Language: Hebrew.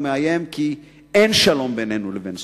הוא מאיים כי אין שלום בינינו לבין סוריה.